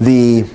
the the